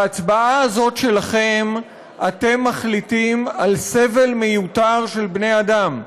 בהצבעה הזאת שלכם אתם מחליטים על סבל מיותר של בני-אדם.